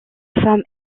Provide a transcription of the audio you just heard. femme